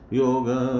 yoga